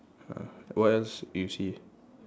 uh what else you see